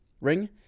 Ring